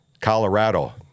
Colorado